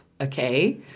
okay